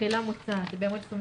תחילה מוצעת, בעמוד 27